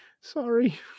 Sorry